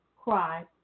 cry